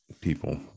people